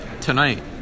tonight